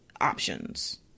options